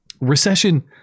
Recession